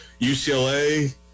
UCLA